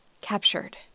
Captured